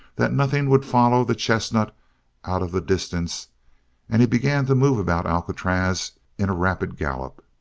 that nothing would follow the chestnut out of the distance and he began to move about alcatraz in a rapid gallop,